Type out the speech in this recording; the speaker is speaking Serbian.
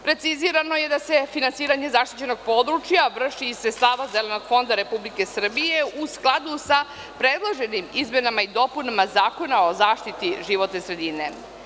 Precizirano je i da se finansiranje zaštićenog područja vrši iz sredstava Zelenog fonda Republike Srbije u skladu sa predloženim izmenama i dopunama Zakona o zaštiti životne sredine.